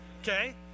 okay